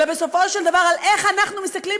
אלא בסופו של דבר על איך אנחנו מסתכלים